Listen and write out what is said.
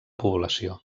població